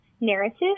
narrative